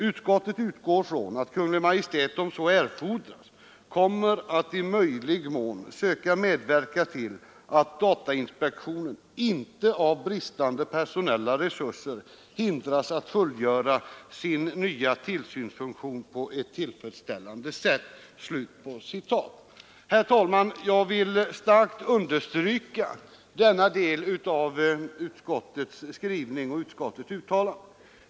Utskottet utgår från att Kungl. Maj:t om så erfordras kommer att i möjlig mån söka medverka till att datainspektionen inte av bristande personella resurser hindras att fullgöra sin nya tillsynsfunktion på ett tillfredsställande sätt.” Herr talman! Jag vill starkt understryka denna del av utskottets skrivning.